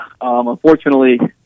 Unfortunately